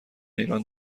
ایران